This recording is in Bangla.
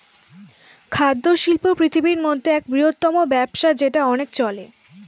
খাদ্য শিল্প পৃথিবীর মধ্যে এক বৃহত্তম ব্যবসা যেটা অনেক চলে